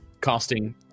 casting